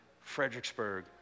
Fredericksburg